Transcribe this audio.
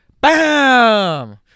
Bam